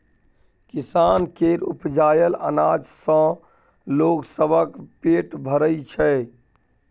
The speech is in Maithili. किसान केर उपजाएल अनाज सँ लोग सबक पेट भरइ छै